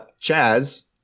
Chaz